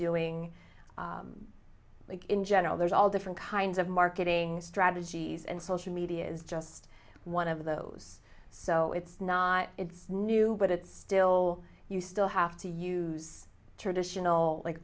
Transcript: doing in general there's all different kinds of marketing strategies and social media is just one of those so it's not it's new but it's still you still have to use traditional like